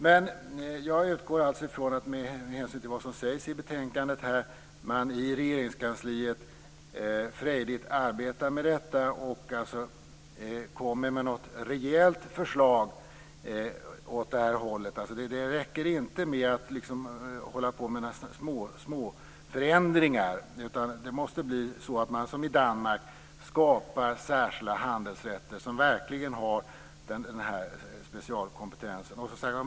Men jag utgår ifrån att man i Regeringskansliet, med hänsyn till vad som sägs i betänkandet, frejdigt arbetar med detta och kommer med något rejält förslag som går i den här riktningen. Det räcker inte med små förändringar. Man måste skapa särskilda handelsrätter - som man har gjort i Danmark - som verkligen har den här specialkompetensen.